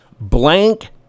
blank